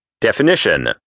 Definition